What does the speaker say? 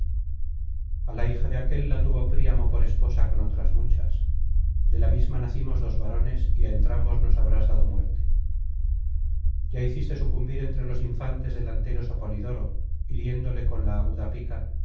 a la hija de aquél la tuvo príamo por esposa con otras muchas de la misma nacimos dos varones y á entrambos nos habrás dado muerte ya hiciste sucumbir entre los infantes delanteros á polidoro hiriéndole con la aguda pica